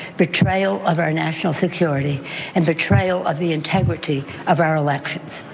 betrayal of our national security and betrayal of the integrity of our elections.